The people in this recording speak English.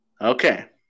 Okay